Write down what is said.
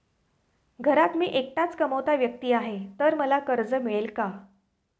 घरात मी एकटाच कमावता व्यक्ती आहे तर मला कर्ज मिळेल का?